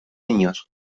niños